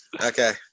Okay